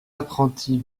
apprentis